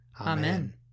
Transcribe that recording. Amen